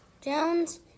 Jones